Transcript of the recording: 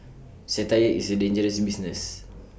satire is A dangerous business